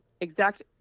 exact